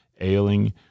ailing